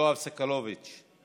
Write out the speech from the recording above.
יואב סגלוביץ';